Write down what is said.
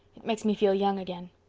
it makes me feel young again.